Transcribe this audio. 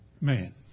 man